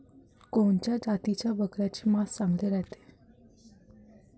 कोनच्या जातीच्या बकरीचे मांस चांगले रायते?